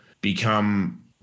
become